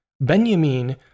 Benjamin